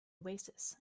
oasis